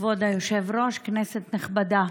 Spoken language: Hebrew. היושב-ראש, כנסת נכבדה,